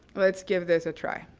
let's give this a try.